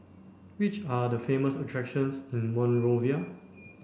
which are the famous attractions in Monrovia